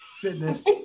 Fitness